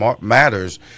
Matters